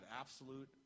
absolute